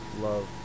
love